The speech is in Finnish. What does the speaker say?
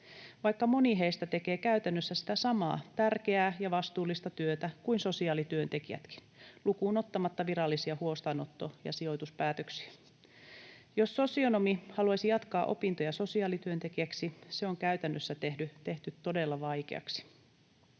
vaikka moni heistä tekee käytännössä sitä samaa tärkeää ja vastuullista työtä kuin sosiaalityöntekijätkin lukuun ottamatta virallisia huostaanotto- ja sijoituspäätöksiä. Jos sosionomi haluaisi jatkaa opintoja sosiaalityöntekijäksi, se on käytännössä tehty todella vaikeaksi.